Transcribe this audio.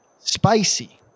spicy